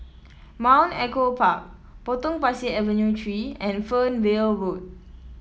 Mount Echo Park Potong Pasir Avenue Three and Fernvale Road